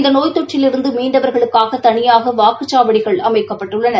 இந்த நோய் தொற்றிலிருந்து மீண்டவர்களுக்காக தனியாக வாக்குச்சாவடிகள் அமைக்கப்பட்டுள்ளன